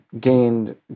gained